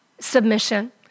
Submission